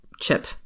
chip